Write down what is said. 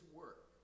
work